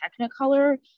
technicolor